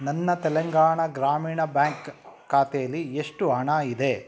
ನನ್ನ ತೆಲಂಗಾಣ ಗ್ರಾಮೀಣ ಬ್ಯಾಂಕ್ ಖಾತೆಯಲ್ಲಿ ಎಷ್ಟು ಹಣ ಇದೆ